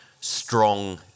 strong